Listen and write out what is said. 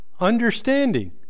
Understanding